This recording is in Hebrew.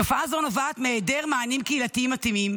תופעה זו נובעת מהיעדר מענים קהילתיים מתאימים.